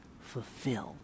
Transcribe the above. fulfilled